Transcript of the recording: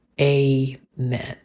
Amen